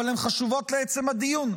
אבל הן חשובות לעצם הדיון.